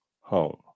home